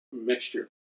mixture